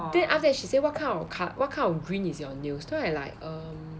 then after that she say what kind of co~ what kind of green is your nails so it's like um